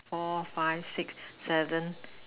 four five six seven